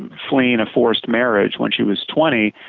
and fleeing a forced marriage when she was twenty,